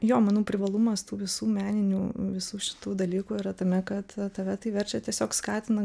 jo manau privalumas tų visų meninių visų šitų dalykų yra tame kad tave tai verčia tiesiog skatina